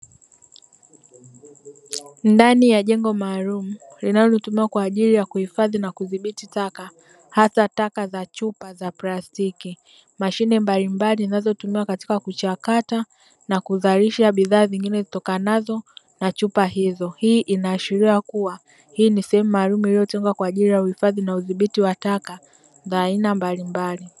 Ndani ya jengo maalumu linaotumiwa kwa ajiri ya kuhifadhi na kuzibiti taka hasa taka za chupa za plastiki, mashine mbalimbali zinazo tumiwa katika kuchakata na kuzalisha bidhaa zingine zitokanazo na chupa hizo. Hii inashiria kuwa hii ni sehemu maalumu iliyo tengwa kwa ajira ya usafiri na uzibiti wa taka za aina mbalimbali.